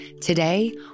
Today